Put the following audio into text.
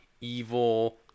evil